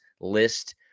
list